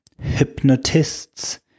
hypnotists